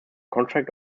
contract